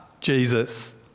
Jesus